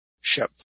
ship